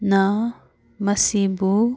ꯅ ꯃꯁꯤꯕꯨ